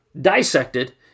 dissected